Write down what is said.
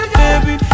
baby